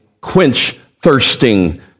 quench-thirsting